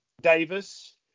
Davis